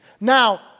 now